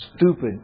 stupid